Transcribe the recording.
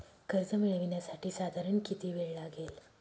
कर्ज मिळविण्यासाठी साधारण किती वेळ लागेल?